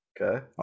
Okay